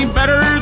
better